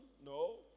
No